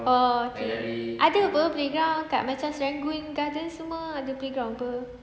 oh okay ada [pe] playground kat macam serangoon gardens semua ada playground apa